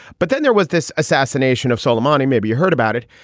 but then there was this assassination of suleimani. maybe you heard about it.